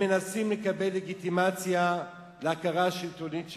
הם מנסים לקבל לגיטימציה להכרה השלטונית בהם,